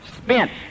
spent